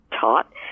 taught